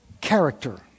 character